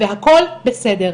והכל בסדר.